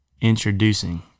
introducing